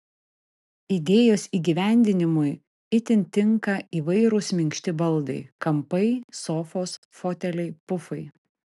idėjos įgyvendinimui itin tinka įvairūs minkšti baldai kampai sofos foteliai pufai